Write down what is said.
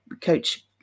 coach